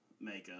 makeup